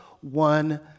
one